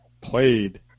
played